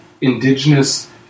Indigenous